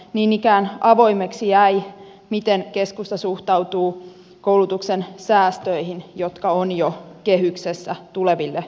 niin ikään avoimeksi jäi miten keskusta suhtautuu koulutuksen säästöihin jotka ovat jo kehyksessä tuleville vuosille